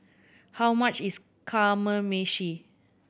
how much is Kamameshi